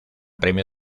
premio